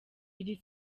iri